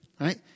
right